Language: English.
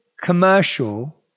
commercial